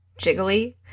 jiggly